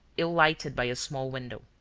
ill lighted by a small window.